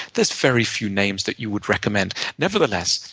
there's very few names that you would recommend. nevertheless,